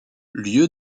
lieu